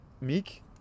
Meek